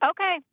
Okay